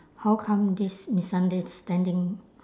how come this misunderstanding